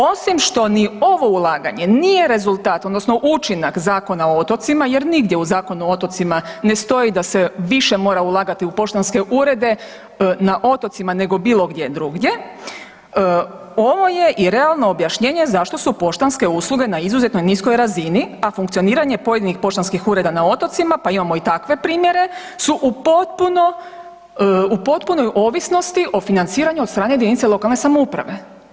Osim što ni u ovo ulaganje nije rezultat odnosno učinak Zakona o otocima jer nigdje u Zakonu o otocima ne stoji da se više morati ulagati u poštanske urede na otocima nego bilogdje drugdje, ovo je i realno objašnjenje zašto su poštanske usluge na izuzetno niskoj razini a funkcioniranje pojedinih poštanskih ureda na otocima, pa imamo i takve primjere su u potpunoj ovisnosti o financiranju od strane jedinice lokalne samouprave.